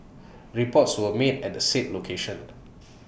reports were made at the said location